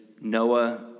Noah